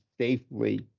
safely